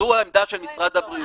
זו העמדה של משרד הבריאות.